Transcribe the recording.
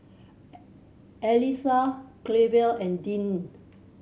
Allyssa Clevie and Deane